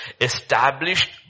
established